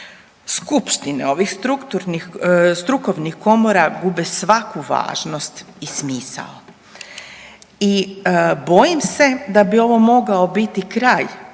Skupštine ovih strukovnih komora gube svaku važnost i smisao i bojim se da bi ovo mogao biti kraj